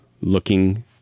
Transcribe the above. looking